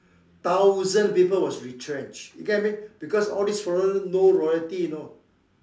thousands people was retrenched you get what I mean because all these foreigner no loyalty you know